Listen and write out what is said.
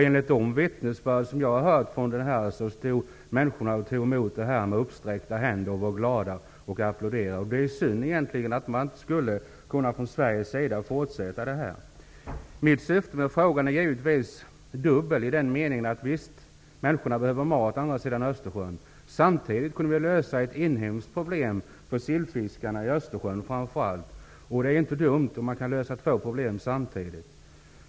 Enligt de vittnesbörd som jag har hört stod människor och tog emot detta med uppsträckta händer, var glada och applåderade. Det är egentligen synd att Sverige inte skall kunna fortsätta med detta. Mitt syfte med frågan är givetvis dubbelt i den meningen att det är sant att människor behöver mat på andra sidan Östersjön samtidigt som vi behöver lösa ett inhemskt problem för sillfiskarna i framför allt Östersjön. Det är inte dumt om man kan lösa två problem samtidigt.